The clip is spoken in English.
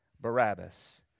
Barabbas